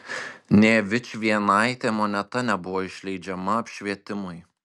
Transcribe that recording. nė vičvienaitė moneta nebuvo išleidžiama apšvietimui